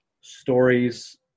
stories